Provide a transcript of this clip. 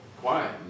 quiet